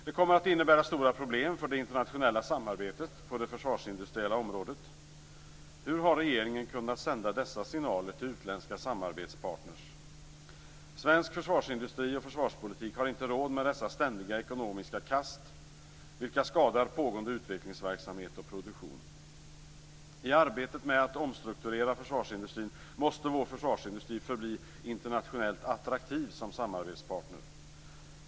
Det kommer att innebära stora problem för det internationella samarbetet på det försvarsindustriella området. Hur har regeringen kunnat sända dessa signaler till utländska samarbetspartner? Svensk försvarsindustri och försvarspolitik har inte råd med dessa ständiga ekonomiska kast, vilka skadar pågående utvecklingsverksamhet och produktion. I arbetet med att omstrukturera försvarsindustrin måste vår försvarsindustri förbli internationellt attraktiv som samarbetspartner.